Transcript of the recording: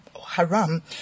Haram